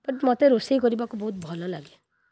but ମୋତେ ରୋଷେଇ କରିବାକୁ ବହୁତ ଭଲ ଲାଗେ